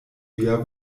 via